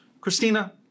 Christina